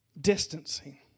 distancing